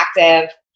active